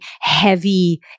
heavy